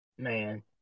Man